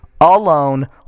alone